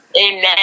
Amen